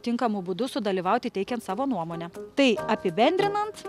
tinkamu būdu sudalyvauti teikiant savo nuomonę tai apibendrinant